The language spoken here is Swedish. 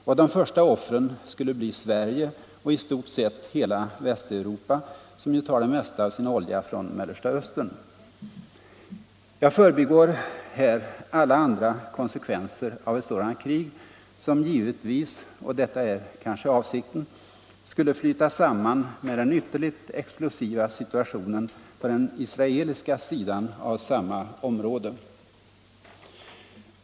Och de första offren skulle bli Sverige och i stort sett hela Västeuropa, som ju tar det mesta av sin olja från Mellersta Östern. Jag förbigår här alla andra konsekvenser av ett sådant krig, som givetvis — och detta är kanske — Nr 14 avsikten — skulle flyta samman med den ytterligt explosiva situationen Tisdagen den på den israeliska sidan av samma område.